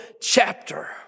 chapter